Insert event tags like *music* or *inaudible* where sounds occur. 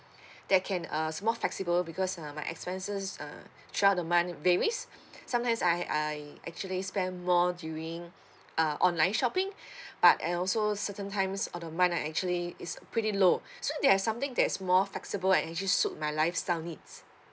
*breath* that can uh more flexible because uh my expenses uh throughout the month varies sometimes I I actually spend more during uh online shopping *breath* but and also certain times on the month I actually it's pretty low *breath* so there're something that's more flexible and actually suit my lifestyle needs